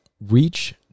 reach